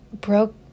broke